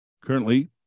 Currently